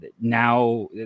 now